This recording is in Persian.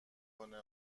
کنه